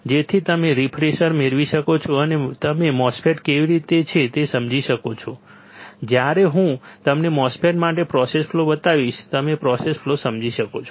જેથી તમે રિફ્રેશર મેળવી શકો છો અને તમે MOSFET કેવી રીતે છે તે સમજી શકશો જ્યારે હું તમને MOSFET માટે પ્રોસેસ ફ્લો બતાવીશ તમે પ્રોસેસ ફ્લો સમજી શકો છો